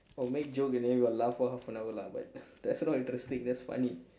or make joke and then we will laugh for half an hour lah but that is not interesting that is funny